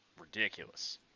ridiculous